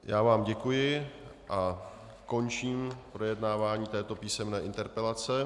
Já vám děkuji a končím projednávání této písemné interpelace.